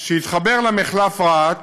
שיתחבר למחלף רהט